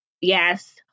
Yes